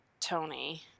Tony